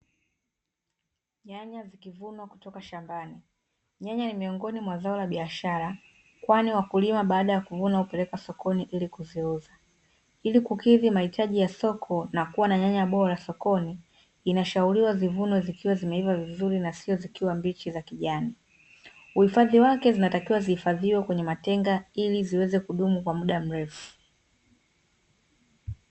Nyanya zikivunwa kutoka shambani. Nyanya ni miongoni mwa zao la biashara kwani wakulima baada ya kuvuna hupeleka sokoni ili kuziuza. Ili kukidhi mahitaji ya soko na kuwa na nyanya bora sokoni, inashauriwa zivunwe zikiwa zimeiva vizuri na sio zikiwa mbichi za kijani. Uhifadhi wake zinatakiwa zihifadhiwe kwenye matenga ili ziweze kudumu kwa muda mrefu.